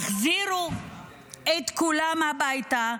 החזירו את כולם הביתה.